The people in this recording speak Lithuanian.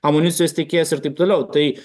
amunicijos tiekėjas ir taip toliau tai